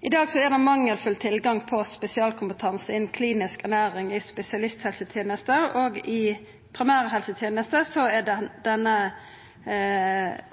I dag er det mangelfull tilgang på spesialkompetanse innan klinisk ernæring i spesialisthelsetenesta, og i primærhelsetenesta er denne kompetansen